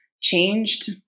changed